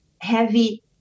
heavy